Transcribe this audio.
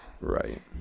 Right